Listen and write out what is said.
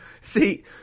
See